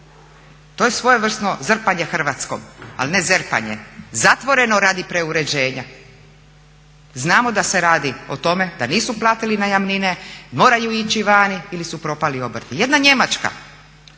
To je svojevrsno zrpanje Hrvatskom, ali ne zerpanje. Zatvoreno radi preuređenja. Znamo da se radi o tome da nisu platili najamnine, moraju ići vani ili su propali obrti. Jedna Njemačka